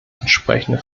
entsprechende